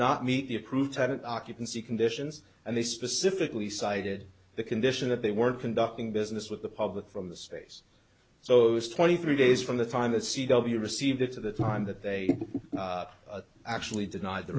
not meet the approved occupancy conditions and they specifically cited the condition that they were conducting business with the public from the space so those twenty three days from the time the c w received it to the time that they actually denied the